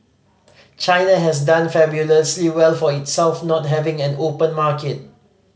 China has done fabulously well for itself not having an open market